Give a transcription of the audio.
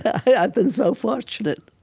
i've been so fortunate